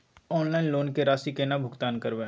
Online loan के राशि केना भुगतान करबे?